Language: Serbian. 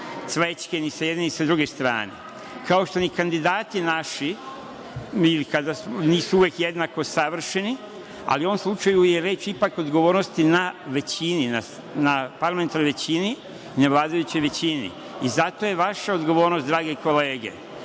cvećke, ni sa jedne, ni sa druge strane. Kao što ni kandidati naši nisu uvek jednako savršeni, ali u ovom slučaju je ipak odgovornost na parlamentarnoj većini. Zato je vaša odgovornost, drage kolege,